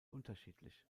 unterschiedlich